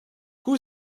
who